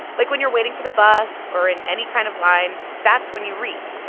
like, when you're waiting for the bus or in any kind of line, that's when you read.